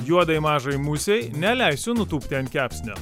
juodai mažai musei neleisiu nutūpti ant kepsnio